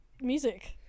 music